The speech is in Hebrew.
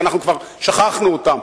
שאנחנו כבר שכחנו אותם.